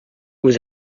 vous